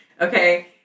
okay